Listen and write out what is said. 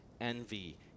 envy